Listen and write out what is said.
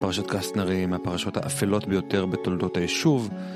פרשות קסטנרים, הפרשות האפלות ביותר בתולדות היישוב